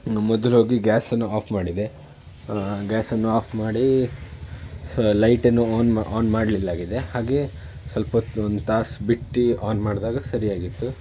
ಮೊದ್ಲು ಹೋಗಿ ಗ್ಯಾಸನ್ನು ಆಫ್ ಮಾಡಿದೆ ಗ್ಯಾಸನ್ನು ಆಫ್ ಮಾಡಿ ಲೈಟನ್ನು ಆನ್ ಮ ಆನ್ ಮಾಡಲಿಲ್ಲಾಗಿದೆ ಹಾಗೇ ಸ್ವಲ್ಪ ಹೊತ್ತು ಒಂದು ತಾಸು ಬಿಟ್ಟು ಆನ್ ಮಾಡಿದಾಗ ಸರಿ ಆಗಿತ್ತು